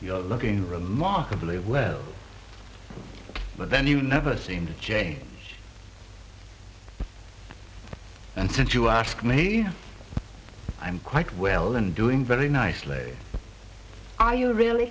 you're looking remarkably well but then you never seem to jay and since you ask me i'm quite well and doing very nicely i you really